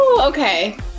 okay